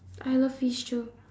I love fish too